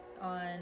on